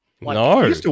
No